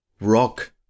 rock